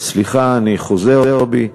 סליחה, אני חוזר בי.